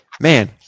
man